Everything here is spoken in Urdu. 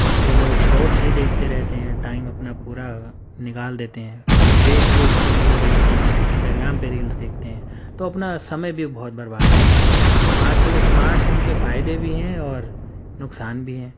جس پہ لوگ شوٹس ہی دیکھتے رہتے ہیں ٹائم اپنا پورا نکال دیتے ہیں فیس بک پہ ریل دیکھتے ہیں انسٹاگرام پہ ریلس دیکھتے ہیں تو اپنا سمے بھی بہت برباد کرتے ہیں تو آج کل اسمارٹ فون کے فائدے بھی ہیں اور نقصان بھی ہیں